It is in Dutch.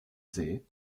zee